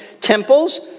temples